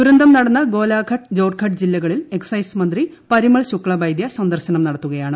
ദുരന്തം നടന്ന ഗോലാഖട്ട് ജോർഘട്ട് ജില്ലകളിൽ എക്സൈസ് മന്ത്രി പരിമൾ ശുക്ലബൈദ്യ സന്ദർശനം നടത്തുകയാണ്